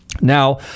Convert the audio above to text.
Now